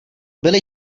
byly